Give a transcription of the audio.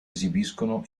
esibiscono